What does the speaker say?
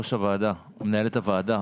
מנהלת הוועדה,